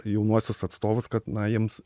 jaunuosius atstovus kad na jiems